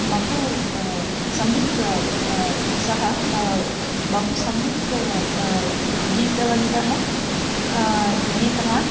बहु सम्यक् सः बहु सम्यक् ग् गीतवन्तः गीतवान्